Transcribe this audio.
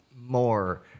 more